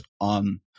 on